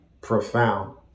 profound